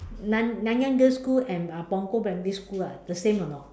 nan~ Nanyang girls school and uh Punggol primary school ah the same or not